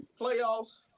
playoffs